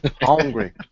Hungry